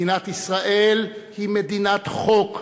מדינת ישראל היא מדינת חוק,